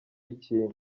ikintu